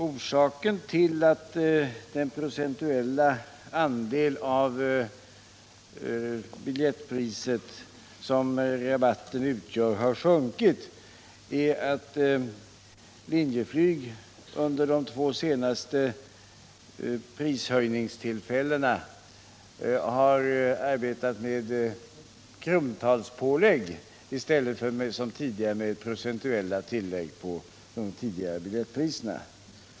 Orsaken till att den procentuella andel av biljettpriset som rabatten utgör har sjunkit är att Linjeflyg vid de två senaste prishöjningstillfällena har arbetat med krontalspålägg i stället för som förut med procentuella pålägg på de tidigare biljettpriserna.